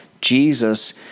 Jesus